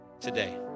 today